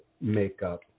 makeup